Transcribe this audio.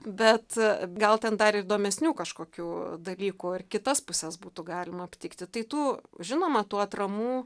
bet gal ten dar įdomesnių kažkokių dalykų ar kitas puses būtų galima aptikti tai tų žinoma tų atramų